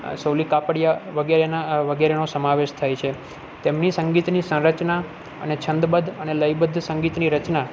સોલી કાપડિયા વગેરેના વગેરેનો સમાવેશ થાય છે તેમની સંગીતની સંરચના અને છંદબદ્ધ અને લયબદ્ધ સંગીતની રચના